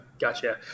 Gotcha